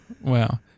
Wow